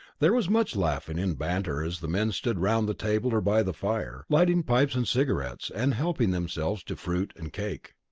there was much laughing and banter as the men stood round the table or by the fire, lighting pipes and cigarettes, and helping themselves to fruit and cake.